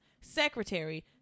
secretary